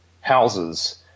houses